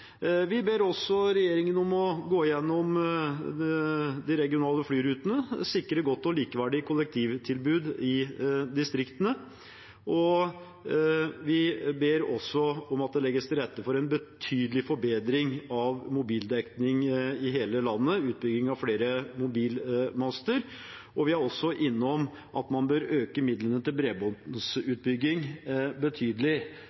Vi ber også regjeringen om å gå igjennom de regionale flyrutene for å sikre et godt og likeverdig kollektivtilbud i distriktene, og vi ber om at det legges til rette for en betydelig forbedring av mobildekningen i hele landet og utbygging av flere mobilmaster. Vi er også innom at man bør øke midlene til bredbåndsutbygging betydelig,